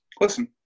listen